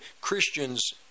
Christians